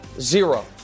zero